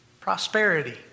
prosperity